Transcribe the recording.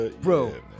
bro